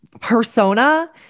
persona